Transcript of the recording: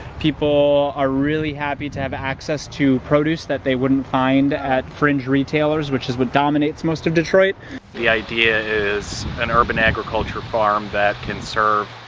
people are really happy to have access to produce that they wouldn't find at fringe retailers which is what dominates most of detroit the idea is an urban agriculture farm that can serve